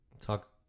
talk